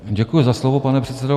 Děkuji za slovo, pane předsedo.